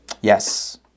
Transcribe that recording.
Yes